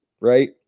right